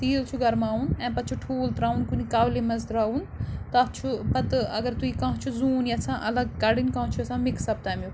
تیٖل چھُ گرماوُن اَمہِ پَتہٕ چھُ ٹھوٗل ترٛاوُن کُنہِ کَولہِ منٛز ترٛاوُن تَتھ چھُ پَتہٕ اَگر تُہۍ کانٛہہ چھُ زوٗن یَژھان الگ کَڑٕنۍ کانٛہہ چھُ یَژھان مِکس اَپ تَمیُک